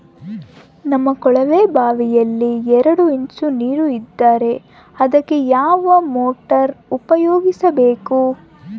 ನಮ್ಮ ಕೊಳವೆಬಾವಿಯಲ್ಲಿ ಎರಡು ಇಂಚು ನೇರು ಇದ್ದರೆ ಅದಕ್ಕೆ ಯಾವ ಮೋಟಾರ್ ಉಪಯೋಗಿಸಬೇಕು?